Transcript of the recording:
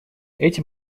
эти